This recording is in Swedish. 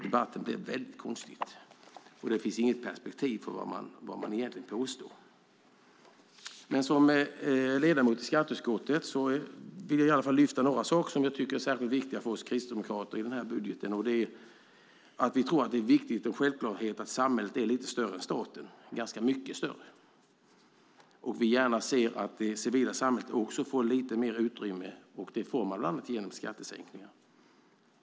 Debatten blir konstig, och det finns inget perspektiv för påståendena. I min egenskap av ledamot i skatteutskottet vill jag lyfta upp några saker som är särskilt viktiga för oss kristdemokrater i budgeten. Vi tror att det är viktigt, och en självklarhet, att samhället är lite större än staten. Vi vill gärna se att det civila samhället också får lite mer utrymme, bland annat med hjälp av skattesänkningar.